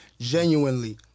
genuinely